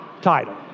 title